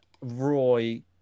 roy